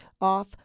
off